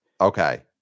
okay